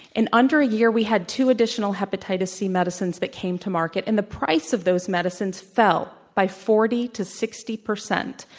in under a year, we had two additional hepatitis c medicines that came to market, and the price of those medicines fell by forty to sixty percent,